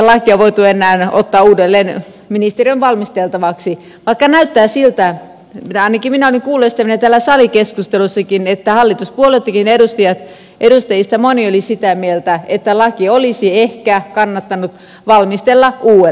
lakia ei enää voitu ottaa uudelleen ministeriön valmisteltavaksi vaikka näyttää siltä ainakin minä olin kuulevinani täällä salikeskustelussakin että hallituspuolueidenkin edustajista moni oli sitä mieltä että laki olisi ehkä kannattanut valmistella uudelleen